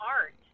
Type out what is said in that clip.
art